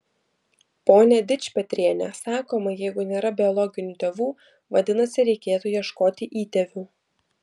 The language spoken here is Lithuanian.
pone dičpetriene sakoma jeigu nėra biologinių tėvų vadinasi reikėtų ieškoti įtėvių